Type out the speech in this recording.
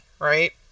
Right